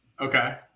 Okay